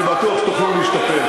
אני בטוח שתוכלו להשתפר.